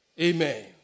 Amen